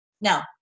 No